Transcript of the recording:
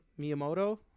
Miyamoto